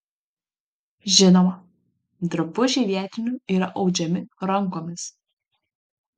žinoma drabužiai vietinių yra audžiami rankomis